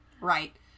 Right